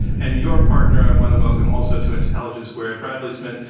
and your partner i want to welcome also to intelligence squared, bradley smith.